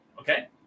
okay